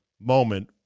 moment